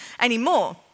anymore